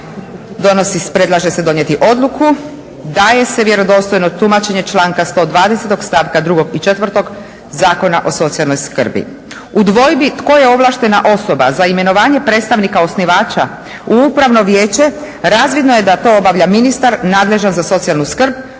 sabora predlaže se donijeti Odluku daje se vjerodostojno tumačenje članka 120. stavka 2. i 4. Zakona o socijalnoj skrbi U dvojbi tko je ovlaštena osoba za imenovanje predstavnika osnivača u upravno vijeće razvidno je da to obavlja ministar nadležan za socijalnu skrb